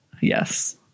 Yes